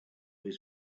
his